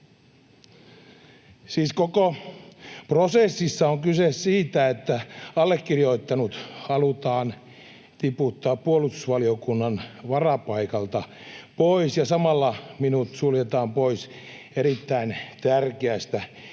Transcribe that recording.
koko prosessissa on kyse siitä, että allekirjoittanut halutaan tiputtaa puolustusvaliokunnan varapaikalta pois ja samalla minut suljetaan pois erittäin tärkeästä informaatiosta